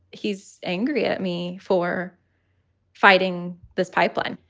he's angry at me for fighting this pipeline.